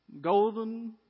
Golden